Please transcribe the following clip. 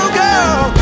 girl